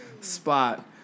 spot